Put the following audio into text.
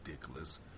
ridiculous